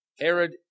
Herod